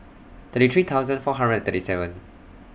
thirty three thousand four hundred thirty seven